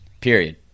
Period